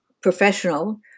professional